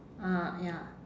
ah ya